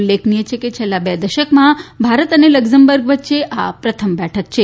ઉલ્લેખનીય છે કે છેલ્લા દશકમાં ભારત લકઝમબર્ગ વચ્ચે આ પ્રથમ બેઠક છે